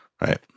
right